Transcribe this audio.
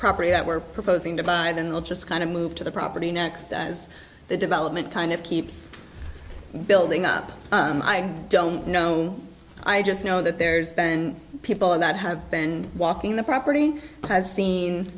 property that we're proposing to bide and we'll just kind of move to the property next as the development kind of keeps building up and i don't know i just know that there's been people that have been walking the property has seen